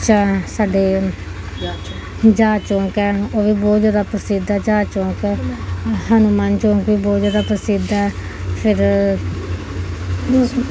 ਸਾਂ ਸਾਡੇ ਜਹਾਜ਼ ਚੌਕ ਹੈ ਉਹ ਵੀ ਬਹੁਤ ਜ਼ਿਆਦਾ ਪ੍ਰਸਿੱਧ ਆ ਜਹਾਜ਼ ਚੌਕ ਹਨੂੰਮਾਨ ਚੌਕ ਵੀ ਬਹੁਤ ਜ਼ਿਆਦਾ ਪ੍ਰਸਿੱਧ ਹੈ ਫਿਰ